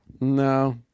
No